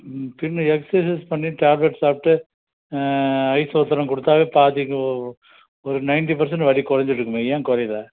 ம் பின்னே எக்சசைஸ் பண்ணி டேப்லெட் சாப்பிட்டு ஐஸ் ஒத்தடம் கொடுத்தாவே பாதி ஒரு நைன்ட்டி பெர்ஸன்ட் வலி குறஞ்சிருக்குமே ஏன் குறையில